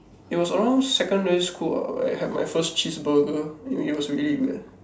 it was around secondary school ah where I have my first cheese burger it was really weird